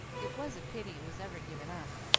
it was a pity it was ever given up,